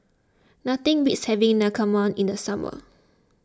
nothing beats having Naengmyeon in the summer